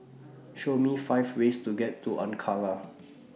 Show Me five ways to get to Ankara